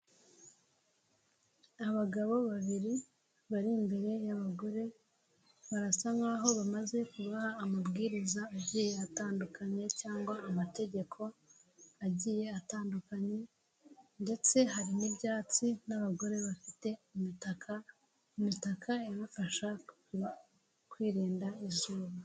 Abagabo babiri bari imbere y'abagore, barasa nkaho bamaze kubaha amabwiriza agiye atandukanye cyangwa amategeko agiye atandukanye ndetse hari n'ibyatsi n'abagore bafite imitaka, imitaka ibafasha kwirinda izuba.